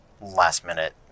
last-minute